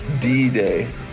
D-Day